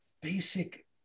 basic